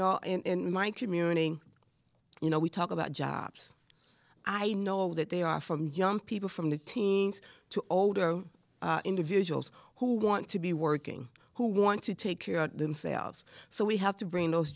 know in my communing you know we talk about jobs i know that they are from young people from the teens to older individuals who want to be working who want to take care of themselves so we have to bring those